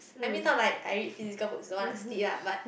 I mean not like I read physical books don't wanna sleep lah but